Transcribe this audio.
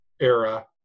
era